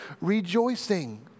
rejoicing